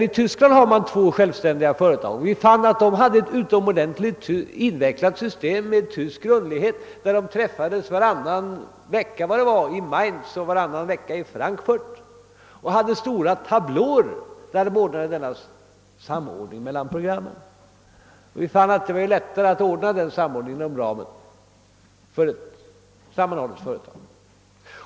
I Tyskland har man två självständiga företag, och vi fann att man där, med tysk grundlighet, tilllämpar ett utomordentligt invecklat system. Det går ut på att man träffas varannan vecka, tror jag det är, i Mainz och varannan vecka i Frankfurt och ordnar samordningen mellan programmen genom stora tablåer. Men det är ju lättare att ordna samordningen i nom ramen för ett sammanhållet företag.